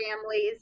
families